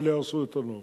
אבל יהרסו את הנוף.